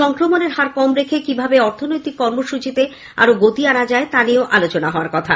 সংক্রমণের হার কম রেখে কিভাবে অর্থনৈতিক কর্মসূচীতে আরও গতি আনা যায় তা নিয়েও আলোচনা হওয়ার কথা